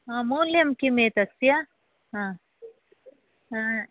मूल्यं किम् एतस्य हा ह